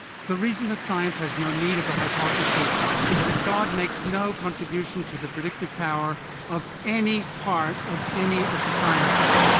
the reason that science has no need of the hypothesis is that god makes no contribution to the predictive power of any part of any of the sciences.